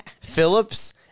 Phillips